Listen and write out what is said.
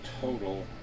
total